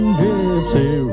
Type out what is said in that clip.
gypsy